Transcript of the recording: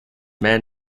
man